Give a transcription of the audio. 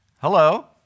hello